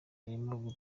ririmo